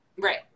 right